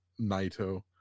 naito